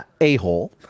a-hole